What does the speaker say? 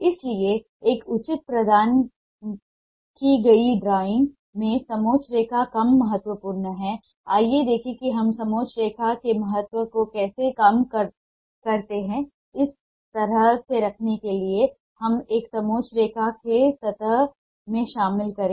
इसलिए एक उचित प्रदान की गई ड्राइंग में समोच्च रेखा कम महत्वपूर्ण है आइए देखें कि हम समोच्च रेखा के महत्व को कैसे कम करते हैं और इसे इस तरह से रखने के लिए कि हम समोच्च रेखा को सतह में शामिल करें